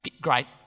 Great